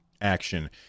action